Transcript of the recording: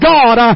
God